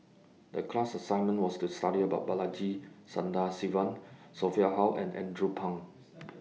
The class assignment was to study about Balaji Sadasivan Sophia Hull and Andrew Phang